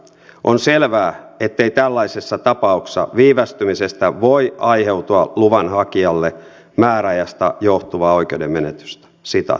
on selvää ettei tällaisessa tapauksessa viivästymisestä voi aiheutua luvan hakijalle määräajasta johtuvaa oikeuden menetystä